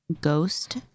ghost